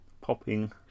popping